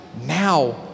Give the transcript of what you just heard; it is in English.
now